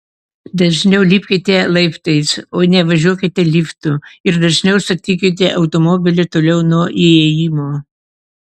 dažniau lipkite laiptais o ne važiuokite liftu ir dažniau statykite automobilį toliau nuo įėjimo